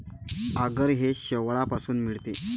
आगर हे शेवाळापासून मिळते